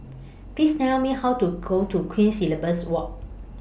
Please Tell Me How to Go to Queen Elizabeth Walk